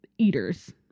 eaters